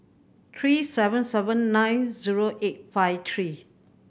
three seven seven nine zero eight five three